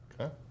Okay